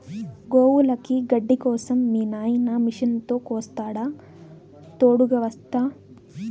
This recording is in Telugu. గోవులకి గడ్డి కోసం మీ నాయిన మిషనుతో కోస్తాడా తోడుగ వస్తా